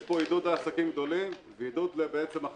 יש פה עידוד לעסקים גדולים, ועידוד לאכזבה